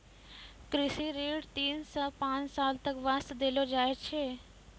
कृषि ऋण तीन सॅ पांच साल तक वास्तॅ देलो जाय छै